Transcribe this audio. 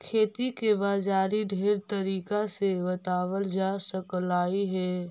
खेती के बाजारी ढेर तरीका से बताबल जा सकलाई हे